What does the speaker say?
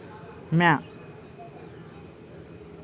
म्या